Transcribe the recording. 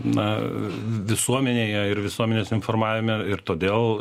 na visuomenėje ir visuomenės informavime ir todėl